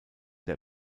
der